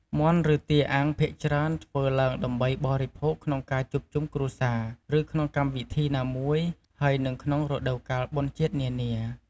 មាន់ឬទាអាំងភាគច្រើន ធ្វើឡើងដើម្បីបរិភោគក្នុងការជួបជុំគ្រួសារ ឬក្នុងកម្មវិធីណាមួយ ហើយនិងក្នុងរដូវកាលបុណ្យជាតិនានា។